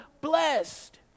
blessed